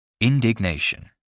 indignation